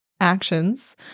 actions